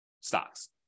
stocks